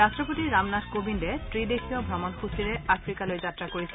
ৰাষ্ট্ৰপতি ৰামনাথ কবিন্দে ত্ৰি দেশীয় ভ্ৰমণসূচীৰে আফ্ৰিকালৈ যাত্ৰা কৰিছে